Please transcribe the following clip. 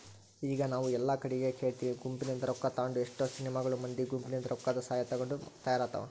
ಈಗ ನಾವು ಎಲ್ಲಾ ಕಡಿಗೆ ಕೇಳ್ತಿವಿ ಗುಂಪಿನಿಂದ ರೊಕ್ಕ ತಾಂಡು ಎಷ್ಟೊ ಸಿನಿಮಾಗಳು ಮಂದಿ ಗುಂಪಿನಿಂದ ರೊಕ್ಕದಸಹಾಯ ತಗೊಂಡು ತಯಾರಾತವ